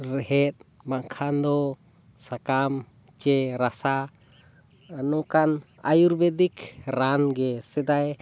ᱨᱮᱦᱮᱫ ᱵᱟᱝᱠᱷᱟᱱ ᱫᱚ ᱥᱟᱠᱟᱢ ᱥᱮ ᱨᱟᱥᱟ ᱱᱚᱝᱠᱟᱱ ᱟᱭᱩᱨᱵᱮᱫᱤᱠ ᱨᱟᱱ ᱜᱮ ᱥᱮᱫᱟᱭ